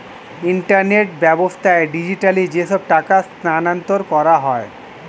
internet ব্যাবস্থায় digitally যেসব টাকা স্থানান্তর করা হয়